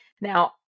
Now